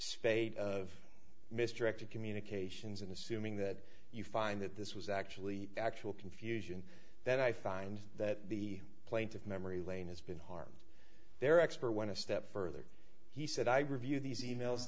spate of mr ector communications and assuming that you find that this was actually actual confusion that i find that the plaintiff memory lane has been harmed their expert went to step further he said i review these e mails